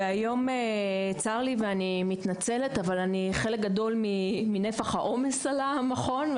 והיום צר לי ואני מתנצלת אבל אני חלק גדול מנפח העומס על המכון,